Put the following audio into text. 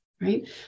right